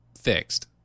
fixed